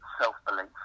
self-belief